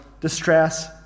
distress